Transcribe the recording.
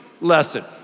lesson